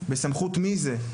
בסמכות מי זה?